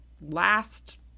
last